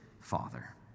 Father